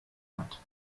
hat